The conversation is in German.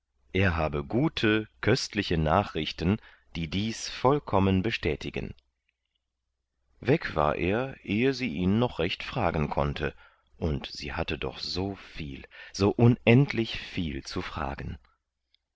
er habe gute köstliche nachrichten die dies vollkommen bestätigen weg war er ehe sie ihn noch recht fragen konnte und sie hatte doch so viel so unendlich viel zu fragen